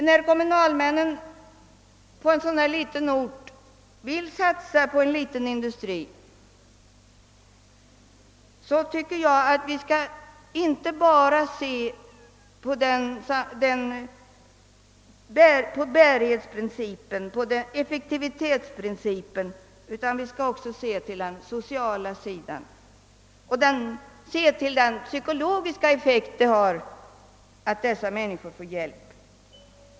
När kommunalmännen på en liten ort vill satsa på en liten industri tycker jag att vi inte bara skall följa bärighetsprincipen utan också skall se till de sociala aspekterna och den psykologiska effekt det får att människorna i fråga blir hjälpta.